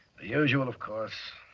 the usual, of course.